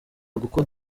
gukora